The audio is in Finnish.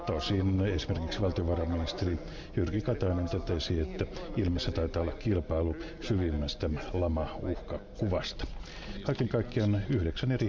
olisin kysynyt tämän sekä ministeri holmlundilta että braxilta mutta kun holmlund ei ole paikalla kysyn ministeri braxilta mihin toimenpiteisiin aiotte ryhtyä näiden esitettyjen väitteiden selvittämiseksi